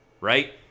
Right